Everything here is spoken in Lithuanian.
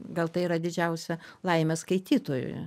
gal tai yra didžiausia laimė skaitytojui